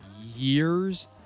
years